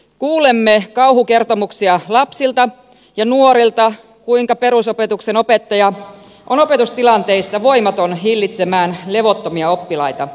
kuulemme kauhukertomuksia lapsilta ja nuorilta kuinka perusopetuksen opettaja on opetustilanteissa voimaton hillitsemään levottomia oppilaita